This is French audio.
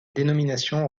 dénomination